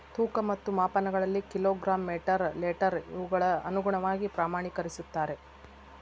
ತೂಕ ಮತ್ತು ಮಾಪನಗಳಲ್ಲಿ ಕಿಲೋ ಗ್ರಾಮ್ ಮೇಟರ್ ಲೇಟರ್ ಇವುಗಳ ಅನುಗುಣವಾಗಿ ಪ್ರಮಾಣಕರಿಸುತ್ತಾರೆ